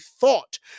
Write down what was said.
thought